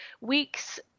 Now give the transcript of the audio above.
weeks